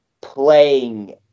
playing